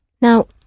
Now